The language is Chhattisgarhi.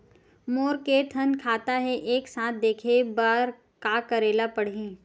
मोर के थन खाता हे एक साथ देखे बार का करेला पढ़ही?